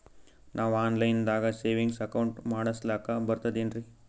ನಾವು online ದಾಗ savings account ಮಾಡಸ್ಲಾಕ ಬರ್ತದೇನ್ರಿ?